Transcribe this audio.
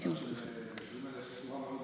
אני יודע שליישובים האלה יש צורה מאוד,